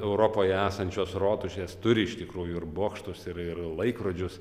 europoje esančios rotušės turi iš tikrųjų ir bokštus ir ir laikrodžius